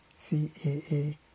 caa